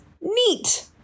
Neat